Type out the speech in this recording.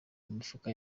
mifuka